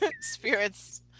spirits